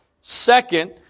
Second